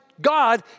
God